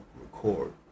record